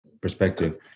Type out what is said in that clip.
perspective